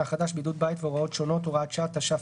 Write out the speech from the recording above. החדש) (בידוד בית והוראות שונות) (הוראת